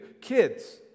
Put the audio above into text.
Kids